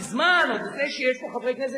זה לא איזה, נכון,